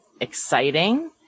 exciting